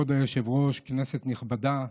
כבוד היושב-ראש, כנסת נכבדה,